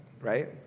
right